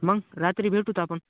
मग रात्री भेटू आपण